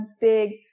big